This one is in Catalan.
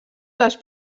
les